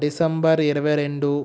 December ఇరవై రెండు